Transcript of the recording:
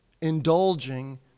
indulging